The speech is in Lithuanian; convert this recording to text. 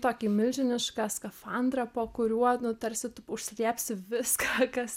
tokį milžinišką skafandrą po kuriuo nu tarsi tu užslėpsi viską kas